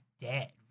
dead